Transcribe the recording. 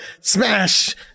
Smash